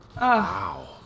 Wow